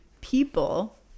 people